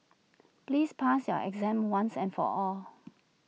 please pass your exam once and for all